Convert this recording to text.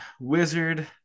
wizard